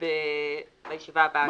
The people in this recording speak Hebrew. בישיבה הבאה.